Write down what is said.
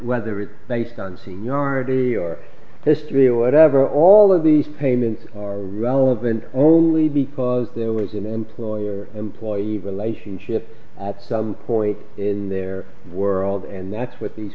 whether it's based on seniority or history or whatever all of these payments are relevant only because there was an employer employee relationship at some point in their world and that's what these